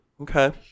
Okay